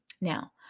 Now